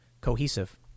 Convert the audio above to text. cohesive